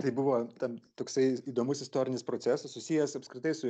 tai buvo tam toksai įdomus istorinis procesas susijęs apskritai su